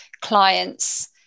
client's